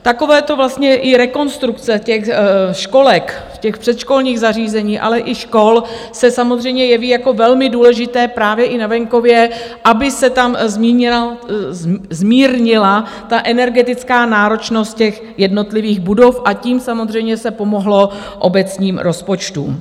Takovéto rekonstrukce školek, těch předškolních zařízení, ale i škol se samozřejmě jeví jako velmi důležité právě i na venkově, aby se tam zmírnila ta energetická náročnost jednotlivých budov, a tím samozřejmě se pomohlo obecním rozpočtům.